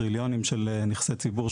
טריליונים של נכסי ציבור,